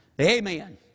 Amen